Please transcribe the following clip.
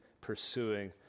pursuing